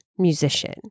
musician